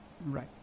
Right